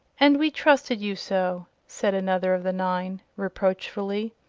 and we trusted you so! said another of the nine, reproachfully.